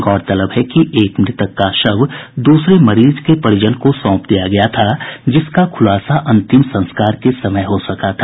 गौरतलब है कि एक मृतक का शव दूसरे मरीज के परिजन को सौंप दिया गया था जिसका खुलासा अंतिम संस्कार के समय हो सका था